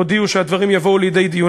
הודיעו שהדברים יבואו לידי דיון,